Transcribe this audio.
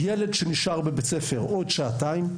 ילד שנשאר בבית הספר לעוד שעתיים ביום,